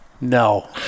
no